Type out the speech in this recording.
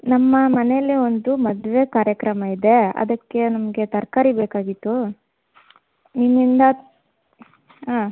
ನಮ್ಮ ಮನೆಯಲ್ಲೆ ಒಂದು ಮದುವೆ ಕಾರ್ಯಕ್ರಮ ಇದೆ ಅದಕ್ಕೆ ನಮಗೆ ತರಕಾರಿ ಬೇಕಾಗಿತ್ತು ನಿಮ್ಮಿಂದ ಹಾಂ